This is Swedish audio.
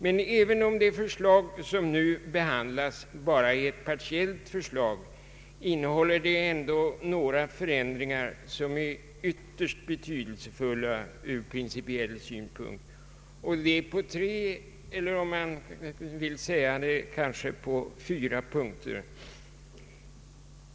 Men även om det förslag som nu behandlas bara är ett partiellt förslag, innehåller det ändå några förändringar som är ytterst betydelsefulla från principiell synpunkt, och det är på tre, eller kanske det kan sägas fyra punkter.